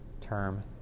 term